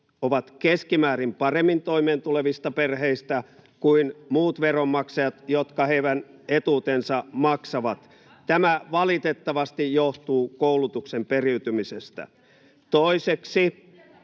ovat keskimäärin paremmin toimeentulevista perheistä [Pia Viitanen: Pitäisikö tehdä jotain?] kuin muut veronmaksajat, jotka heidän etuutensa maksavat. Tämä valitettavasti johtuu koulutuksen periytymisestä. Toiseksi,